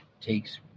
takes